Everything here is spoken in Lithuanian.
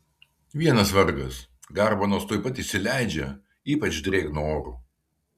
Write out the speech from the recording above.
vienas vargas garbanos tuoj pat išsileidžia ypač drėgnu oru